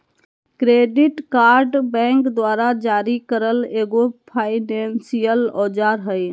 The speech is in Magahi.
क्रेडिट कार्ड बैंक द्वारा जारी करल एगो फायनेंसियल औजार हइ